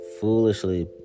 Foolishly